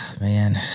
Man